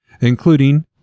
including